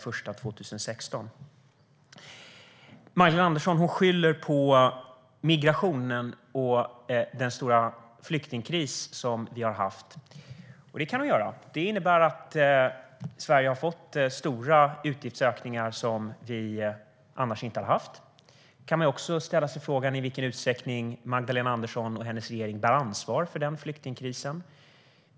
Magdalena Andersson skyller på migrationen och den stora flyktingkris som vi har haft. Det kan hon göra. Sverige har fått stora utgiftsökningar som vi annars inte skulle ha haft. Man kan också ställa sig frågan i vilken utsträckning Magdalena Andersson och hennes regering bär ansvar för den flyktingkrisen.